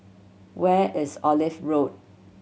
where is Olive Road